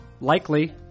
Likely